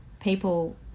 people